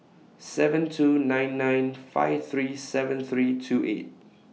seven two nine nine five three seven three two eight